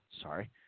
sorry